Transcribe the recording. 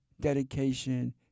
dedication